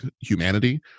humanity